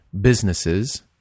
businesses